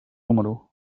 número